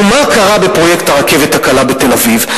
ומה קרה בפרויקט הרכבת הקלה בתל-אביב,